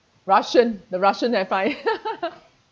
russian the russian F I